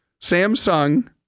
Samsung